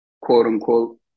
quote-unquote